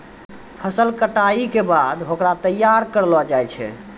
फसल कटाई के बाद होकरा तैयार करलो जाय छै